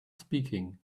speaking